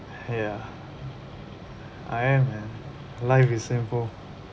ya I am man life is simple